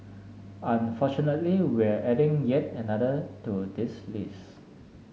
unfortunately we're adding yet another to this list